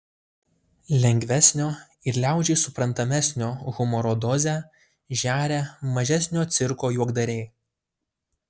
lengvesnio ir liaudžiai suprantamesnio humoro dozę žeria mažesnio cirko juokdariai